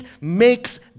makes